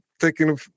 taking